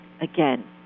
again